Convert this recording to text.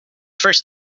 first